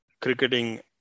cricketing